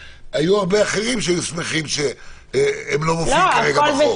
אחרים שהיו שמחים לא להיות מופיעים כרגע בחוק.